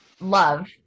Love